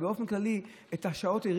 באופן כללי האריכו את השעות,